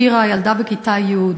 שירה, ילדה בכיתה י',